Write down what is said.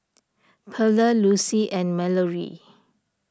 Perla Lucie and Mallorie